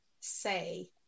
say